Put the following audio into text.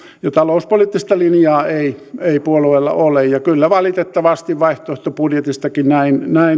ja talouspoliittista linjaa ei ei puolueella ole kyllä valitettavasti vaihtoehtobudjetistakin